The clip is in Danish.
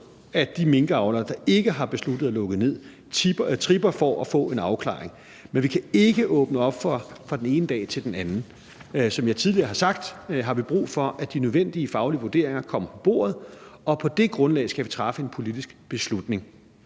at de minkavlere, der ikke har besluttet at lukke ned, tripper for at få en afklaring, men vi kan ikke åbne op fra den ene dag til den anden. Som jeg tidligere har sagt, har vi brug for, at de nødvendige faglige vurderinger kommer på bordet, og på det grundlag skal vi træffe en politisk beslutning.